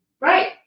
Right